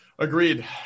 Agreed